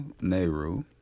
Nehru